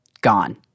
gone